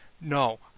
No